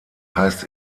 heißt